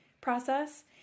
process